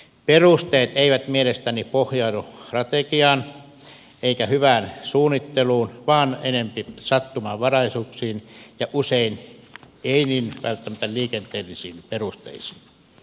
perusteet eivät mielestäni pohjaudu strategiaan eivätkä hyvään suunnitteluun vaan enempi sattumanvaraisuuksiin ja usein ei niin välttämättä liikenteellisiin perusteisiin